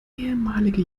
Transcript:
ehemalige